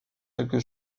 quelque